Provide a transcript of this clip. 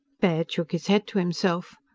baird shook his head, to himself.